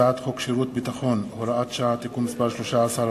הצעת חוק שירות ביטחון (הוראת שעה) (תיקון מס' 13),